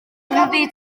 gerddi